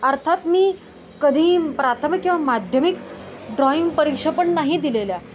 अर्थात मी कधी प्राथमिक किंवा माध्यमिक ड्रॉईंग परीक्षा पण नाही दिलेल्या